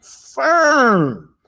firm